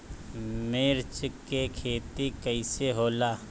मिर्च के खेती कईसे होला?